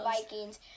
Vikings